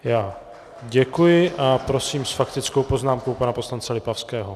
Já děkuji a prosím s faktickou poznámkou pana poslance Lipavského.